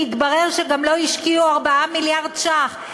גם לא השקיעו 4 מיליארד ש"ח,